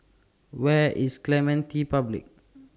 Where IS Clementi Public